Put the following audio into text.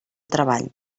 treball